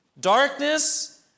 darkness